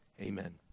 amen